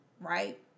right